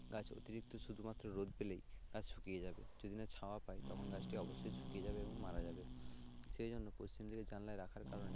গাছ অতিরিক্ত শুধুমাত্র রোদ পেলেই গাছ শুকিয়ে যাবে যদি না ছায়া পায় তখন গাছটি অবশ্যই শুকিয়ে যাবে এবং মারা যাবে সেই জন্য পশ্চিম দিকের জানালায় রাখার কারণে